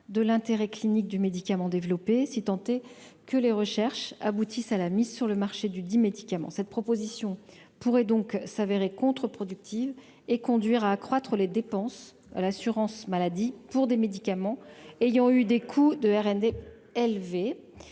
de l'intérêt clinique du médicament développé si tenté que les recherches aboutissent à la mise sur le marché du 10 médicament cette proposition pourrait donc s'avérer contre-productive et conduire à accroître les dépenses à l'assurance maladie pour des médicaments ayant eu des coups de RND élevé